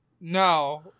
no